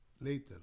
later